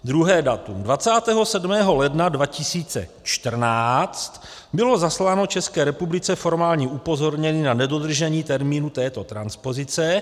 Druhé datum: 27. ledna 2014 bylo zasláno České republice formální upozornění na nedodržení termínu této transpozice.